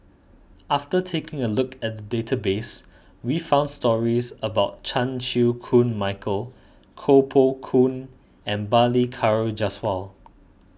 after taking a look at the database we found stories about Chan Chew Koon Michael Koh Poh Koon and Balli Kaur Jaswal